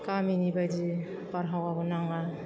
गामिनि बायदि बारहावाबो नाङा